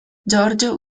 giorgio